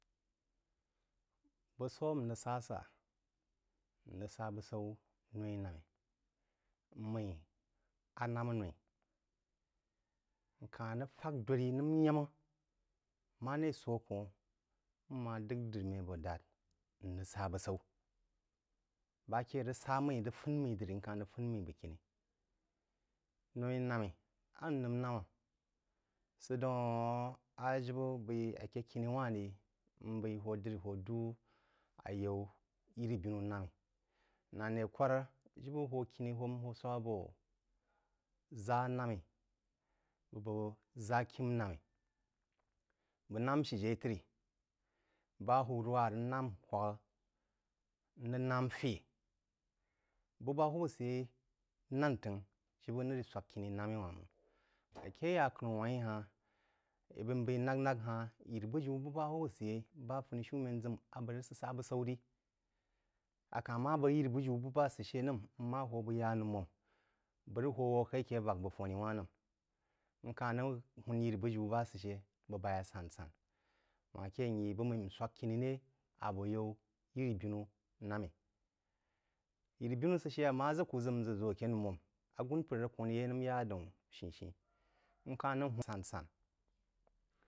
Bú saú á n rəg sá sá n rəg sá bú sau̍ ne-ī nam-ī. Mmí a nam noí. N ka-h rəg fak dodri nəm y’am maré sō akōn mmá d’əg dri mmi a bō dā n rəg sá bu sau̍. Bá ke rəg sá mmí, rəg fən mmí drí, nka-h rəg fəg mmí bəkiní. Noí-nawí a nrəg nám sá daʊn a jibə b’aí aké kini wha-n rí, mb’aí hō drí hō dú ayáú yirí-binú nam’í. Nān ré kwár jibə hō kini n hō swāk bō ʒá nanrí bəg b’əg ʒákim nam’ī. Bəg nám shi-jai tri, ba- wúrwá rəg nam hwagk, n rəg nam fé, bu ba hwāb sə yeí nan t’əngh jibə nər swák kīni nám hwán máng. A ke yák’ənəngk wan rí há-n í b’aí m b’eí nák nāk han yirí bujiú ba hwūb sə yeí ba fúnishúmén ʒəm bá a bəg sə sá bu saú rí, aka ma bəg jiri-bújiú bəg ba sə shə nəm mma hō bəg ya numōm bəg rəg hō wō ake vak bəg funi wān-h nəm. Nka rəg hūn yirí-bujiú ba sə shə bəg b’aí asan-san wanké bu mmí n swák kimí ré a bō yaú yīrí-binu nam-í. Yiri-binu sə shə ama ʒə kú n ʒə ʒō aké nūmōm agūn’mpər rəg kōn yé nəm yá daún shí-í-shí. N ká-h